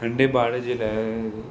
नंढे ॿार जे लाइ